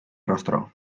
rostro